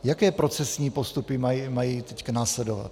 Jaké procesní postupy mají teď následovat?